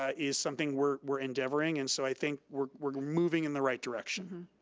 ah is something we're we're endeavoring, and so i think we're we're moving in the right direction.